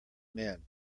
men